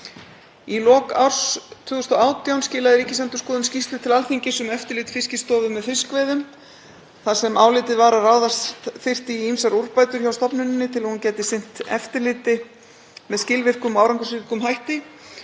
Í lok árs 2018 skilaði Ríkisendurskoðun skýrslu til Alþingis um eftirlit Fiskistofu með fiskveiðum þar sem álitið var að ráðast þyrfti í ýmsar úrbætur hjá stofnuninni til að hún geti sinnt eftirliti með skilvirkum og árangursríkum hætti.